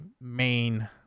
main